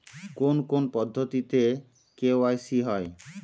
কোন কোন পদ্ধতিতে কে.ওয়াই.সি হয়?